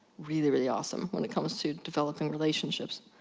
really really awesome, when it comes to developing relationships.